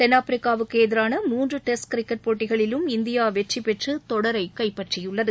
தென்னாப்பிரிக்காவுக்கு எதிரான மூன்று டெஸ்ட் கிரிக்கெட் போட்டிகளிலும் இந்தியா வெற்றிபெற்று தொடரர கைப்பற்றியுள்ளது